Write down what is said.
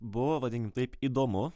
buvo vadinkim taip įdomu